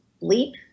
leap